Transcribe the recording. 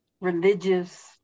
religious